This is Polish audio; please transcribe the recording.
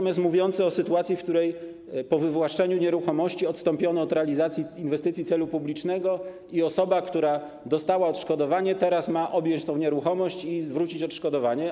Mówił o sytuacji, w której po wywłaszczeniu z nieruchomości odstąpiono od realizacji inwestycji celu publicznego i osoba, która dostała odszkodowanie, teraz ma zatrzymać tę nieruchomość i zwrócić odszkodowanie.